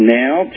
now